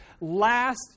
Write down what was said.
last